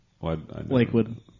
Lakewood